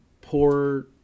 poor